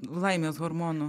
laimės hormonų